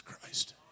Christ